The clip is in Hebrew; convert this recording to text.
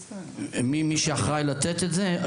מי שאחראי לתת את זה,